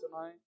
tonight